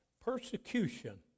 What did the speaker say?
persecution